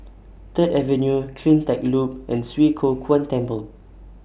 Third Avenue CleanTech Loop and Swee Kow Kuan Temple